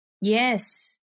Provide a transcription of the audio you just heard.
Yes